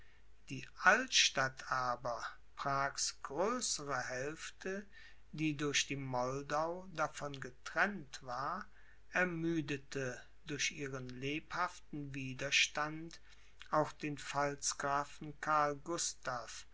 die altstadt aber prags größere hälfte die durch die moldau davon getrennt war ermüdete durch ihren lebhaften widerstand auch den